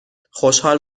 خوشحال